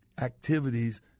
activities